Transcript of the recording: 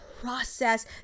process